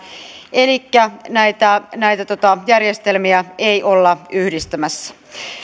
elikkä näitä näitä järjestelmiä ei olla yhdistämässä